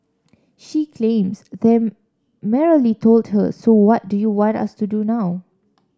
she claims they merely told her so what do you want us to do now